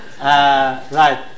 Right